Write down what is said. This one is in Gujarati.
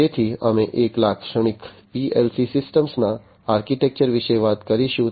તેથી અમે એક લાક્ષણિક PLC સિસ્ટમના આર્કિટેક્ચર વિશે વાત કરીશું